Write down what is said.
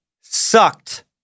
sucked